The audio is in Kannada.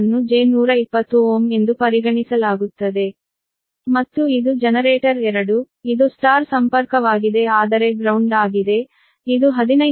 ಮತ್ತು ಇದು ಜನರೇಟರ್ 2 ಇದು Y ಸಂಪರ್ಕವಾಗಿದೆ ಆದರೆ ಗ್ರೌಂಡ್ ಆಗಿದೆ ಇದು 15 MVA 6